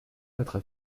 votre